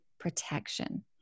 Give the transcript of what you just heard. protection